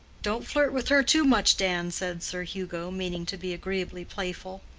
don't flirt with her too much, dan, said sir hugo, meaning to be agreeably playful.